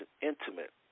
intimate